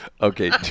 Okay